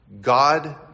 God